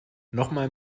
nochmal